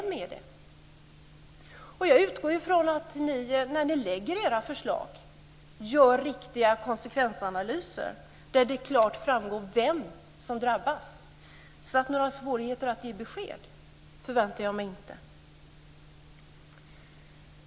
Jag utgår från att ni, när ni lägger fram era förslag, gör riktiga konsekvensanalyser, där det klart framgår vem som drabbas. Några svårigheter att ge besked förväntar jag mig inte.